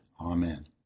Amen